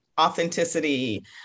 authenticity